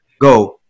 go